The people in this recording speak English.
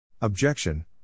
Objection